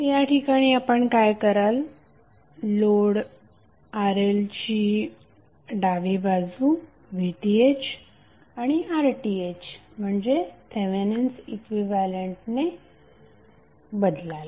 या ठिकाणी आपण काय कराल लोडRLची डावी बाजू VThआणि RThम्हणजे थेवेनिन्स इक्विव्हॅलंटने रिप्लेस कराल